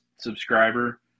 subscriber